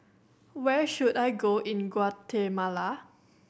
where should I go in Guatemala